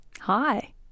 Hi